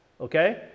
Okay